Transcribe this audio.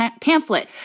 pamphlet